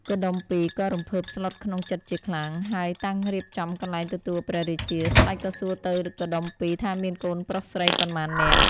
កុដុម្ពីក៍ក៏រំភើបស្លុតក្នុងចិត្ដជាខ្លាំង ហើយតាំងរៀបចំកន្លែងទទួលព្រះរាជា ស្ដេចក៏សួរទៅកុដុម្ពីក៍ថាមានកូនប្រុសស្រីប៉ុន្មាននាក់?។